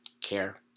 care